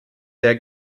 der